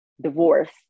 divorce